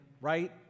right